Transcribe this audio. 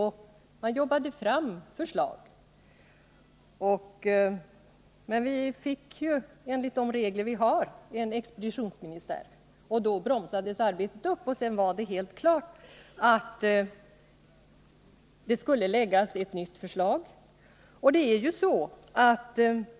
Men enligt de regler vi har fick vi en expeditionsministär, och då bromsades arbetet upp. Då var det helt klart att det skulle läggas fram ett nytt förslag.